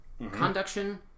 Conduction